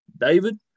david